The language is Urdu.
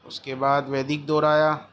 اس کے بعد ویدک دور آیا